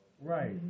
Right